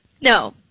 No